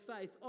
faith